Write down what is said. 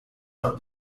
from